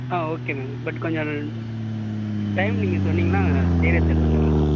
ah okay ma'am but கொஞ்சம் time நீங்கள் சொன்னிங்கன்னா செய்யிறத்துக்கு கொஞ்சம்